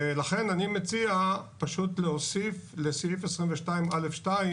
ולכן אני מציע להוסיף לסעיף 22(א)(2)